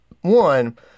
one